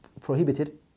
prohibited